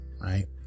right